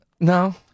no